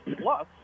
plus